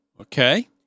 Okay